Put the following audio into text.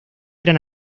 eran